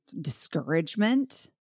discouragement